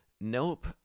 Nope